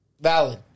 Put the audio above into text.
Valid